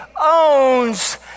owns